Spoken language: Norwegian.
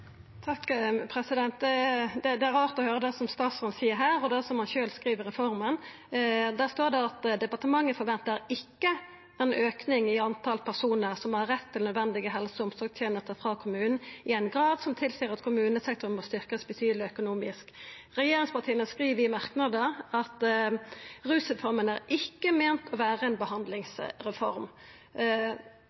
Det er rart å høyra det som statsråden seier her, og det som han sjølv skriv om reforma i proposisjonen. Der står det: «Departementet forventer ikke en økning i antall personer som har rett til nødvendige helse- og omsorgstjenester fra kommunen i en grad som tilsier at kommunesektoren må styrkes betydelig økonomisk.» Regjeringspartia skriv i ein merknad at «rusreformen ikke er ment å være en behandlingsreform».